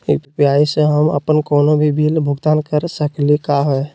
UPI स हम अप्पन कोनो भी बिल भुगतान कर सकली का हे?